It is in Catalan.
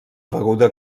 beguda